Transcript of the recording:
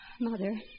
Mother